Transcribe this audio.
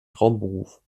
traumberuf